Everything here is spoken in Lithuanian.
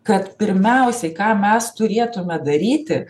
kad pirmiausiai ką mes turėtume daryti